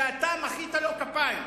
ואתה מחאת לו כפיים,